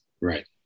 Right